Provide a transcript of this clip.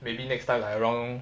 maybe next time like around